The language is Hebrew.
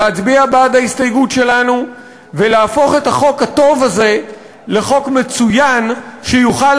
להצביע בעד ההסתייגות שלנו ולהפוך את החוק הטוב הזה לחוק מצוין שיוכל